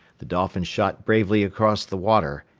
the dolphin shot bravely across the water,